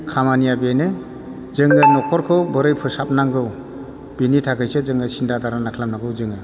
खामानिया बेनो जोङो न'खरखौ बोरै फोसाबनांगौ बेनिथाखायसो जोङो सिन्ता धारना खालामनांगौ जोङो